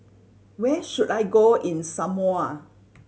where should I go in Samoa